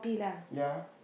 ya